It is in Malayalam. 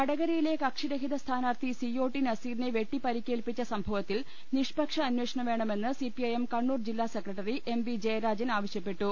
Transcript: വടകരയിലെ കക്ഷിരഹിത സ്ഥാനാർത്ഥി സി ഒ ടി നസീറിനെ വെട്ടിപരിക്കേൽപ്പിച്ച സംഭവത്തിൽ നിഷ്പക്ഷ ആന്വേഷണം വേണമെന്ന് സിപിഐഎം കണ്ണൂർ ജില്ലാ secretary M V Jayarajan ആവശ്യപ്പെട്ടു